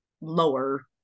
lower